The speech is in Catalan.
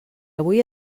avui